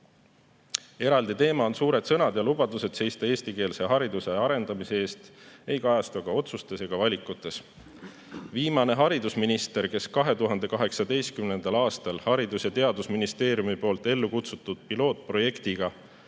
teema on suured sõnad ja lubadused seista eestikeelse hariduse arendamise eest, mis ei kajastu aga otsustes ja valikutes. Viimane haridusminister, kes 2018. aastal Haridus- ja Teadusministeeriumi ellu kutsutud pilootprojekti